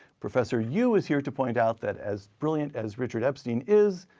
professor yoo is here to point out, that as brilliant as richard epstein is,